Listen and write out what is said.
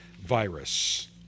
virus